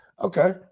Okay